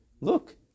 look